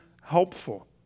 helpful